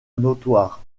notoire